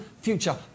future